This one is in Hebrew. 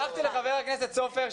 הבטחתי לח"כ סופר,